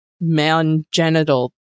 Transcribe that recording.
man-genital